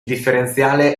differenziale